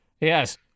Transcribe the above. yes